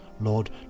Lord